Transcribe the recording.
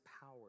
power